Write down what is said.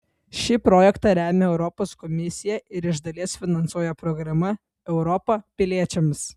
šį projektą remia europos komisija ir iš dalies finansuoja programa europa piliečiams